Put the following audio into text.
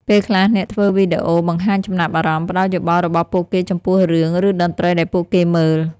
ពេលខ្លះអ្នកធ្វើវីដេអូបង្ហាញចំណាប់អារម្មណ៍ ផ្តល់យោបល់របស់ពួកគេចំពោះរឿង ឬតន្ត្រីដែលពួកគេមើល។